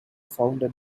founded